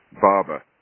Barber